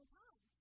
time